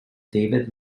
david